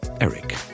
Eric